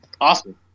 Awesome